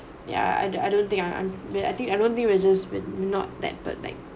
yeah I I don't think I'm I think I don't think we just would not that but like